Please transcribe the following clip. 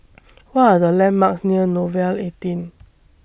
What Are The landmarks near Nouvel eighteen